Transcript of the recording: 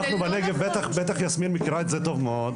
ובטח יסמין מכירה את זה טוב מאוד,